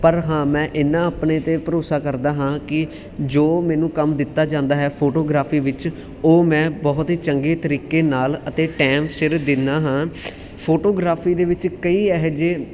ਪਰ ਹਾਂ ਮੈਂ ਇੰਨਾ ਆਪਣੇ 'ਤੇ ਭਰੋਸਾ ਕਰਦਾ ਹਾਂ ਕਿ ਜੋ ਮੈਨੂੰ ਕੰਮ ਦਿੱਤਾ ਜਾਂਦਾ ਹੈ ਫੋਟੋਗ੍ਰਾਫੀ ਵਿੱਚ ਉਹ ਮੈਂ ਬਹੁਤ ਹੀ ਚੰਗੇ ਤਰੀਕੇ ਨਾਲ ਅਤੇ ਟਾਈਮ ਸਿਰ ਦਿੰਦਾ ਹਾਂ ਫੋਟੋਗ੍ਰਾਫੀ ਦੇ ਵਿੱਚ ਕਈ ਇਹੋ ਜਿਹੇ